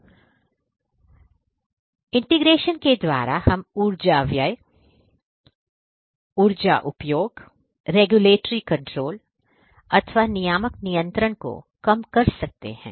Ayushi integration के द्वारा हमऊर्जा व्यय ऊर्जा उपयोग रेगुलेटरी कंट्रोल अथवा नियामक नियंत्रण को कम कर सकते हैं